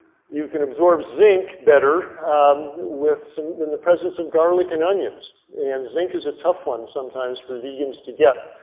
you can absorb zinc better um with some in the presence of garlic and onions. and zinc is a tough one sometimes for vegans to get.